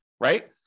right